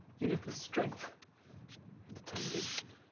you live with strength and determination.